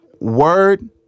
word